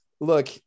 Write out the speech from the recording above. Look –